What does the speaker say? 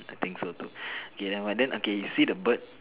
I think so too okay never mind okay you see the bird